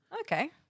Okay